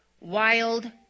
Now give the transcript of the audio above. wild